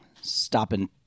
Stopping